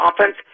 offense